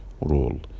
role